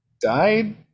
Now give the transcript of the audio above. died